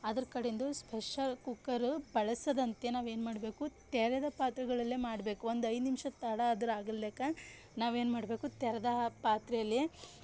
ಅದರ ಕಡಿಂದು pressure cooker ಬಳಸದಂತೆ ನಾವೇನ್ಮಾಡ್ಬೇಕು ತೆರೆದ ಪಾತ್ರೆಗಳಲ್ಲೇ ಮಾಡಬೇಕು ಒಂದು ಐದು ನಿಮಿಷ ತಡ ಆದ್ರೆ ಆಗಲೆಕ್ಕ ನಾವೇನ್ಮಾಡ್ಬೇಕು ತೆರೆದ ಪಾತ್ರೆಯಲ್ಲೇ